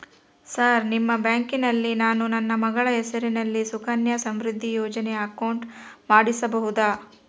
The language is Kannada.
ಸರ್ ನಿಮ್ಮ ಬ್ಯಾಂಕಿನಲ್ಲಿ ನಾನು ನನ್ನ ಮಗಳ ಹೆಸರಲ್ಲಿ ಸುಕನ್ಯಾ ಸಮೃದ್ಧಿ ಯೋಜನೆ ಅಕೌಂಟ್ ಮಾಡಿಸಬಹುದಾ?